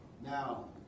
Now